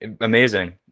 Amazing